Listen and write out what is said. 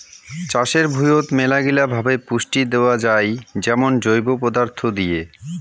চাষের ভুঁইয়ত মেলাগিলা ভাবে পুষ্টি দেয়া যাই যেমন জৈব পদার্থ দিয়ে